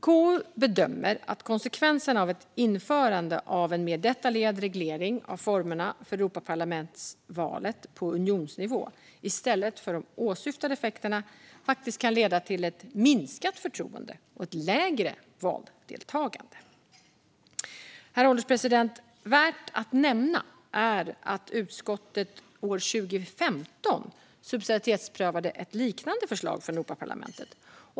KU bedömer att konsekvenserna av ett införande av en mer detaljerad reglering av formerna för Europaparlamentsvalet på unionsnivå i stället för de åsyftade effekterna faktiskt kan leda till ett minskat förtroende och ett lägre valdeltagande. Herr ålderspresident! Värt att nämna är också att utskottet 2015 subsidiaritetsprövade ett liknande förslag från Europarlamentet.